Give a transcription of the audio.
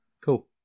cool